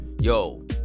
yo